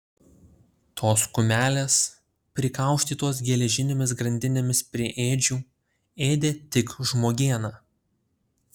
tos kumelės prikaustytos geležinėmis grandinėmis prie ėdžių ėdė tik žmogieną